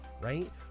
right